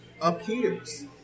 appears